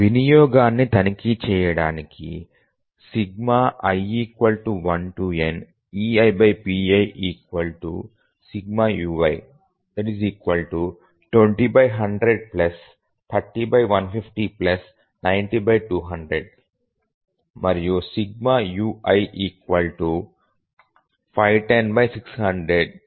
వినియోగాన్ని తనిఖీ చేయడానికి i1neipi ∑ ui 20100 30150 90200 మరియు ∑ ui 510600 0